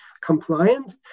compliant